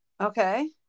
Okay